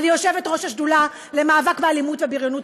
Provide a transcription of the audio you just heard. אני יושבת-ראש השדולה למאבק באלימות ובריונות